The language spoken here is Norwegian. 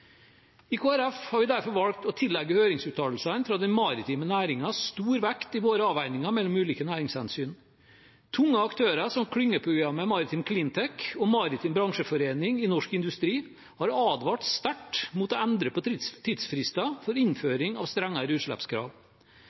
I Kristelig Folkeparti har vi derfor valgt å tillegge høringsuttalelsene fra den maritime næringen stor vekt i våre avveininger mellom ulike næringshensyn. Tunge aktører som klyngeprogrammet Maritime Cleantech og Maritim Bransjeforening i Norsk Industri har advart sterkt mot å endre på tidsfrister for innføring av strengere utslippskrav.